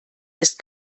ist